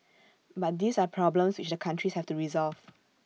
but these are problems which the countries have to resolve